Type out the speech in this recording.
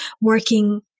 working